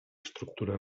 estructura